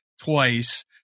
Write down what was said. twice